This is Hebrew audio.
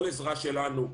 כל עזרה שלנו,